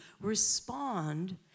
respond